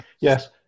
Yes